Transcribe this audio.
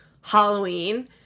Halloween